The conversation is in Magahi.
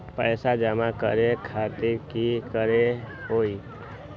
पैसा जमा करे खातीर की करेला होई?